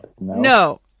No